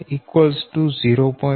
5ZB 4